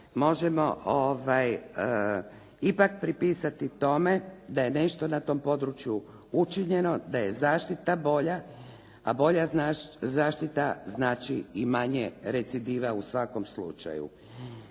možemo ipak pripisati tome da je ipak na tom području učinjeno, da je zaštita bolja, a bolja zaštita znači i manje recidiva u svakom slučaju.